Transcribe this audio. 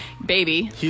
Baby